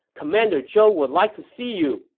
commander zhou would like to see you!